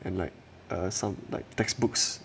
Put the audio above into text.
and like some like textbooks